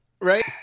Right